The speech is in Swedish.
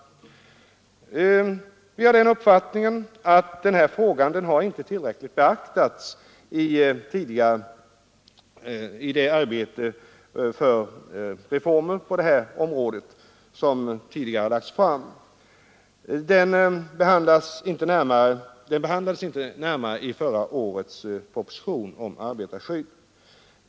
Vi inom centern har den uppfattningen att den här frågan inte har tillräckligt beaktats i tidigare reformarbete på området. Den behandlades inte närmare i förra årets proposition om arbetarskydd.